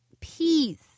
peace